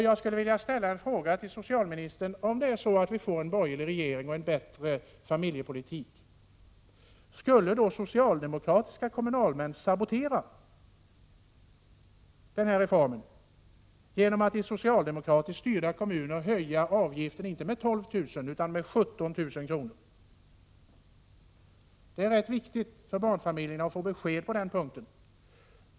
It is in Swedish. Jag skulle vilja ställa en fråga till socialministern: Om vi får en borgerlig regering och därmed en bättre familjepolitik, skulle socialdemokratiska kommunalmän då sabotera denna reform genom att i socialdemokratiskt styrda kommuner höja avgiften med 17 000 kr. i stället för 12 000? Det är viktigt att barnfamiljerna får besked på den punkten.